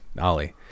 Ollie